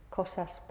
cosas